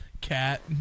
cat